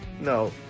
No